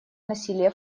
насилия